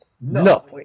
No